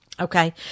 Okay